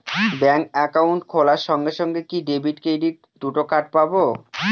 Bank account খোলার সঙ্গে সঙ্গে কি ডেবিট ক্রেডিট দুটো কার্ড পাবো?